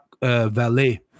valet